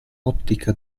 ottica